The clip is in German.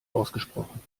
ausgesprochen